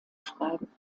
schreiben